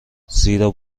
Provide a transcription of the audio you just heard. زیرا